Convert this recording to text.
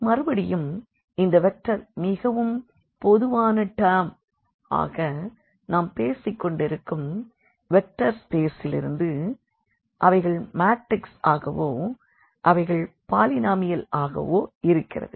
மறுபடியும் இந்த வெக்டர் மிகவும் பொதுவான டெர்ம் ஆக நாம் பேசிக்கொண்டிருக்கும் வெக்டர் ஸ்பேசிலிருந்து அவைகள் மாட்ரிசஸ் ஆகவோ அவைகள் பாலினாமியால் ஆகவோ இருக்கிறது